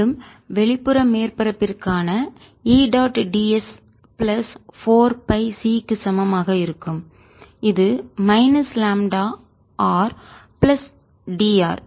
மேலும் வெளிப்புற மேற்பரப்பிற்கான E dot d s plus 4 pi c க்கு சமமாக இருக்கும் இது minus lambda R plus D R